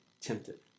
tempted